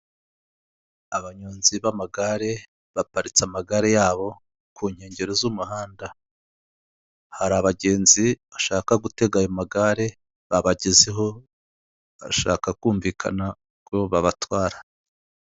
Abanyonzi b'amagare baparitse amagare yabo ku nkengero z'umuhanda. Hari abagenzi bashaka gutega ayo magare, babagezeho, barashaka kumvikana ko babatwara.